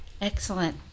Excellent